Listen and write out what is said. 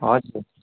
हजुर